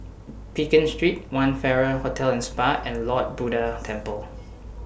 Pekin Street one Farrer Hotel and Spa and Lord Buddha Temple